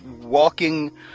walking